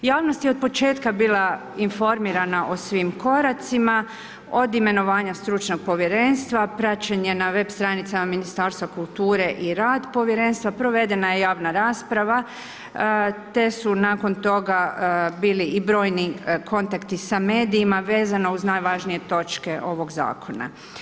Javnost je od početka bila informirana o svim koracima, od imenovanja stručnog povjerenstva, praćenje na web stranicama Ministarstva kulture i rad povjerenstva, provedena je javna rasprava, te su nakon toga bili i brojni kontakti sa medijima vezano uz najvažnije točke ovog zakona.